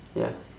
ya